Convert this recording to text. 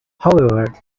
however